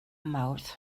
mawrth